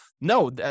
no